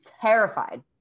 Terrified